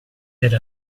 per